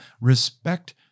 respect